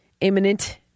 imminent